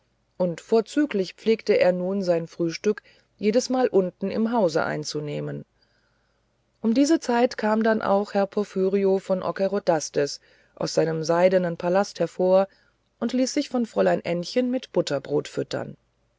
und vorzüglich pflegte er nun sein frühstück jedesmal unten im hause einzunehmen um diese zeit kam denn auch herr porphyrio von ockerodastes aus seinem seidenen palast hervor und ließ sich von fräulein ännchen mit butterbrot füttern